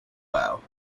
wow